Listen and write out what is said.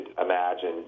imagine